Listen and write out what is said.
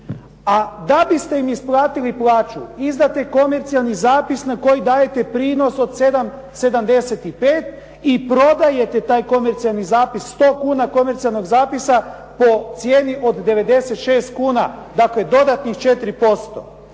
a da biste im isplatili plaću izdate komercijalni zapis na koji dajete prinos od 75 i prodajete taj komercijalni zapis 100 kuna, komercijalnog zapisa po cijeni od 96 kuna, dakle dodatnih 4%.